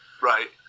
Right